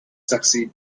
succeed